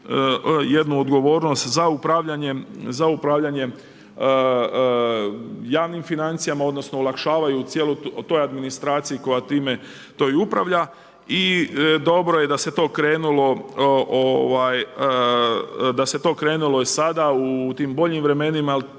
jednu odgovor n ost za upravljanjem javnim financijama, odnosno, olakšavaju cijeloj toj administraciji koja time upravlja. Dobro da se je to krenulo sada u tim boljim vremenima,